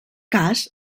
cas